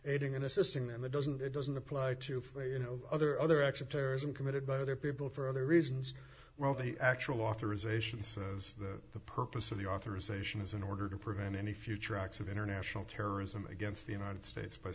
aiding in assisting them it doesn't it doesn't apply to for you know other other acts of terrorism committed by other people for other reasons well the actual authorization says that the purpose of the authorization is in order to prevent any future acts of international terrorism against the united states by